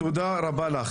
תודה רבה לך.